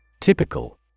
Typical